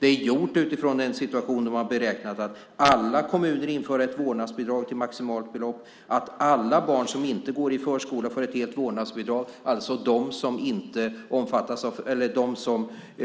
Man har räknat utifrån en situation där alla kommuner inför ett vårdnadsbidrag till maximalt belopp och alla barn som inte går i förskola får ett helt vårdnadsbidrag,